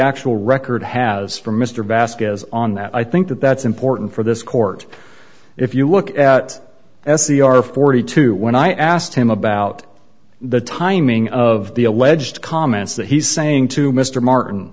actual record has from mr vasquez on that i think that that's important for this court if you look at s e r forty two when i asked him about the timing of the alleged comments that he's saying to mr martin